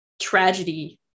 tragedy